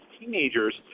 teenagers